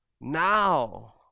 now